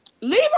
Leave